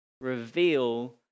reveal